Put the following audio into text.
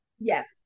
Yes